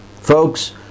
Folks